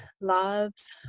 loves